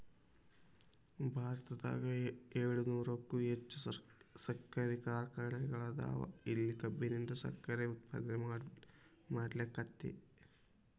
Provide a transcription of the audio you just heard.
ಭಾರತದಾಗ ಏಳುನೂರಕ್ಕು ಹೆಚ್ಚ್ ಸಕ್ಕರಿ ಕಾರ್ಖಾನೆಗಳದಾವ, ಇಲ್ಲಿ ಕಬ್ಬಿನಿಂದ ಸಕ್ಕರೆ ಉತ್ಪಾದನೆ ಮಾಡ್ಲಾಕ್ಕೆತಿ